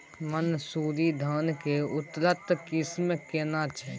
मानसुरी धान के उन्नत किस्म केना छै?